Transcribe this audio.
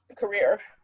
career.